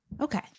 Okay